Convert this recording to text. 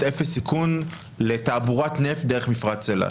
אפס סיכון לתעבורת נפט דרך מפרץ אילת.